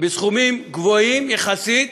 בסכומים גבוהים יחסית.